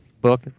book